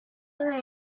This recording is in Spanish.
deben